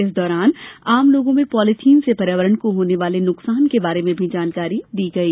इस दौरान आमलोगों में पॉलिथीन से पर्यावरण को होने वाले नुकसान के बारे में भी जानकारी दी गई